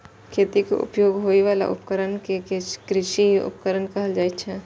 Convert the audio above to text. खेती मे उपयोग होइ बला उपकरण कें कृषि उपकरण कहल जाइ छै